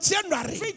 January